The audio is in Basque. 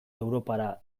europara